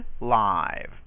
live